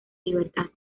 libertad